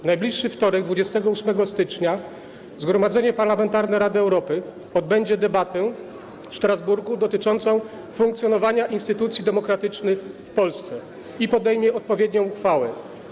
W najbliższy wtorek, 28 stycznia, Zgromadzenie Parlamentarne Rady Europy odbędzie w Strasburgu debatę dotyczącą funkcjonowania instytucji demokratycznych w Polsce i podejmie odpowiednią uchwałę.